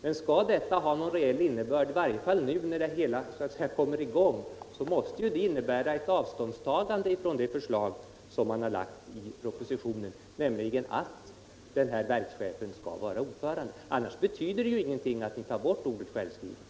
Men skall detta ha någon reell innebörd, i varje fall nu när det hela så att säga skall komma i gång, måste det innebära ett avståndstagande från det förslag som framlagts i propositionen om att verkschefen skall vara ordförande. Annars betyder det ju ingenting att utskottet tar bort ordet ”självskriven”.